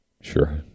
Sure